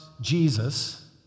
Jesus